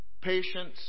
patience